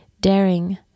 Daring